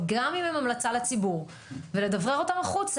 כולל בריאים לחלוטין,